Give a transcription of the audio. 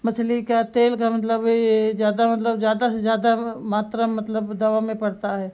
मछली क्या तेल का मतलब यह ज़्यादा मतलब ज़्यादा से ज़्यादा मात्रा में मतलब दवा में पड़ता है